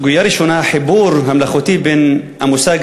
סוגיה ראשונה: החיבור המלאכותי בין המושג